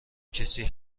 کسی